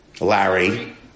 Larry